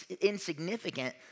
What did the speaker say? insignificant